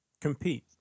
compete